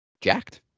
Jacked